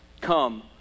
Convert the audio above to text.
come